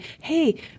hey